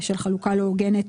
בשל חלוקה לא הוגנת